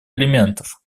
элементов